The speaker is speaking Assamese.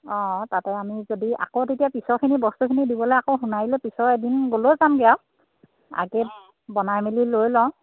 অঁ তাতে আমি যদি আকৌ তেতিয়া পিছৰখিনি বস্তুখিনি দিবলৈ আকৌ সোণাৰিলৈ পিছৰ এদিন গ'লেও যামগৈ আৰু অঁ আগে বনাই মেলি লৈ লওঁ